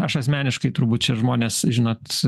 aš asmeniškai turbūt čia žmonės žinot